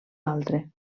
altre